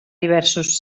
diversos